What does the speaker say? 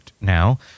now